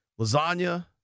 lasagna